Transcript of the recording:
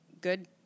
good